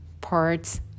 parts